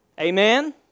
Amen